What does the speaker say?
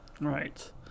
Right